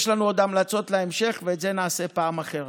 יש לנו עוד המלצות להמשך, ואת זה נעשה בפעם אחרת.